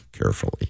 carefully